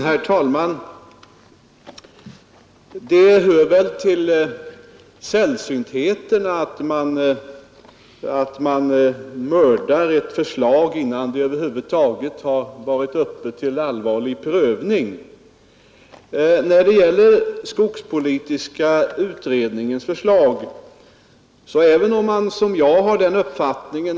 Herr talman! Det hör väl till sällsyntheterna att man avrättar ett förslag innan det över huvud taget varit uppe till allvarlig prövning.